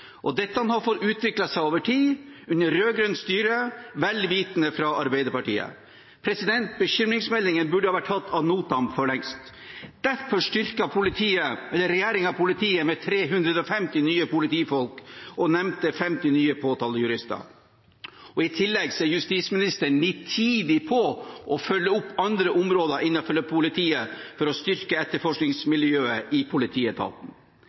Dette har fått utvikle seg over tid under rød-grønt styre, med Arbeiderpartiets vitende. Bekymringsmeldingen burde ha vært tatt ad notam for lengst. Derfor styrker regjeringen politiet med 350 nye politifolk og de nevnte 50 nye påtalejurister. I tillegg følger justisministeren nitid opp andre områder innenfor politiet for å styrke etterforskningsmiljøet i politietaten.